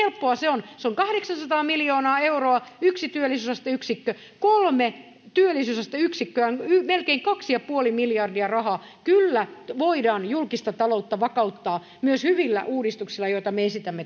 helppoa se on se on kahdeksansataa miljoonaa euroa yksi työllisyysasteyksikkö kolme työllisyysasteyksikköä on melkein kaksi pilkku viisi miljardia rahaa kyllä voidaan julkista taloutta vakauttaa myös hyvillä uudistuksilla joita me esitämme